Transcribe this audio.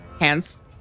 hands